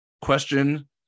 question